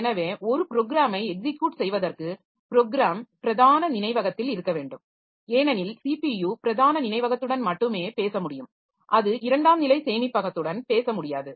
எனவே ஒரு ப்ரோக்ராமை எக்ஸிக்யுட் செய்வதற்கு ப்ரோக்ராம் பிரதான நினைவகத்தில் இருக்க வேண்டும் ஏனெனில் ஸிபியு பிரதான நினைவகத்துடன் மட்டுமே பேச முடியும் அது இரண்டாம் நிலை சேமிப்பகத்துடன் பேச முடியாது